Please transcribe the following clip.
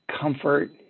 comfort